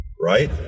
right